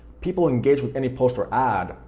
people who engaged with any post or ad,